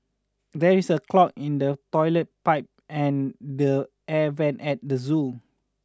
there is a clog in the toilet pipe and the air vents at the zoo